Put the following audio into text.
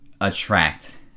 attract